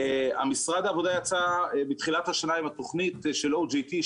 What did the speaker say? משרד העבודה יצא בתחילת השנה עם התכנית של OJT,